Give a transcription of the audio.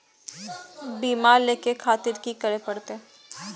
बीमा लेके खातिर की करें परतें?